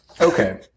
Okay